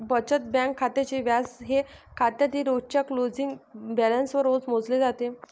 बचत बँक खात्याचे व्याज हे खात्यातील रोजच्या क्लोजिंग बॅलन्सवर रोज मोजले जाते